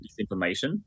disinformation